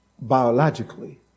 Biologically